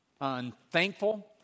unthankful